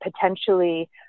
potentially